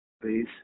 Please